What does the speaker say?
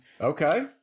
Okay